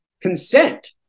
consent